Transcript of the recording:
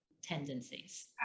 tendencies